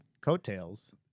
coattails